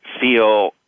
feel